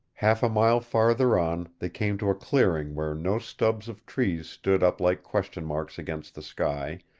half a mile farther on they came to a clearing where no stubs of trees stood up like question marks against the sky,